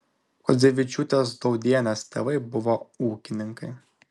kuodzevičiūtės daudienės tėvai buvo ūkininkai